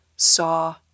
saw